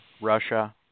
Russia